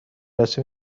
رسمی